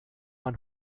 man